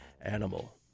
Animal